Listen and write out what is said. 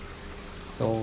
so